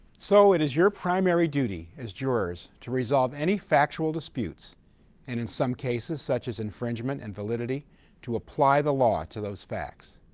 so it is your primary duty as jurors to resolve any factual disputes and in some cases, such as infringement and validity to apply the law to those facts.